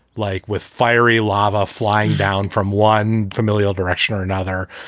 like with fiery lava flying down from one familial direction or another,